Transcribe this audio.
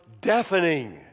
deafening